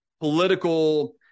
political